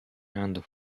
and